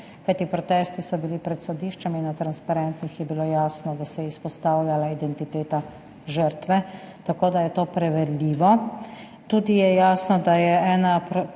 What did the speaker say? kajti protesti so bili pred sodiščem in na transparentnih je bilo jasno, da se je izpostavljala identiteta žrtve, tako da je to preverljivo. Jasno je tudi, da je ena